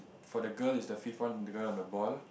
for the girl is the fifth one the girl on the ball